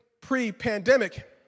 pre-pandemic